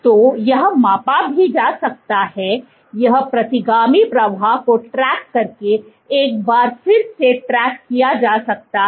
तो यह मापा भी जा सकता है यह प्रतिगामी प्रवाह को ट्रैक करके एक बार फिर से ट्रैक किया जा सकता है